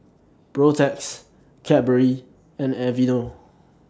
Protex Cadbury and Aveeno